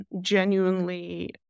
genuinely